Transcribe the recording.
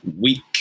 week